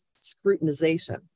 scrutinization